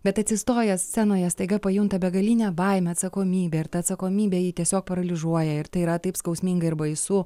bet atsistojęs scenoje staiga pajunta begalinę baimę atsakomybę ir ta atsakomybė jį tiesiog paralyžiuoja ir tai yra taip skausminga ir baisu